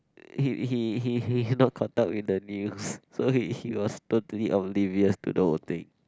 he he he he not caught up with the news so he he was totally oblivious to the whole thing